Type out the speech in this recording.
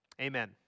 amen